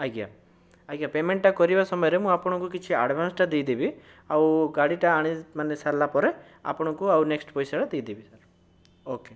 ଆଜ୍ଞା ଆଜ୍ଞା ପେମେଣ୍ଟଟା କରିବା ସମୟରେ ମୁଁ ଆପଣଙ୍କୁ କିଛି ଆଡ଼ଭାନ୍ସଟା ଦେଇଦେବି ଆଉ ଗାଡ଼ିଟା ଆଣି ମାନେ ସାରିଲାପରେ ଆପଣଙ୍କୁ ଆଉ ନେକ୍ସଟ ପଇସାଟା ଦେଇଦେବି ଓକେ